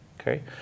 okay